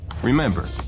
Remember